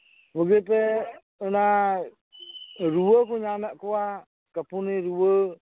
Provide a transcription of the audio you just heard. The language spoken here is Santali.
ᱵᱩᱜᱤᱛᱮ ᱚᱱᱟ ᱨᱩᱣᱟᱹ ᱠᱚ ᱧᱟᱢᱮᱜ ᱠᱚᱣᱟ ᱠᱟᱸᱯᱩᱱᱤ ᱨᱩᱣᱟᱹ